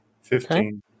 Fifteen